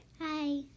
Hi